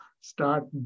start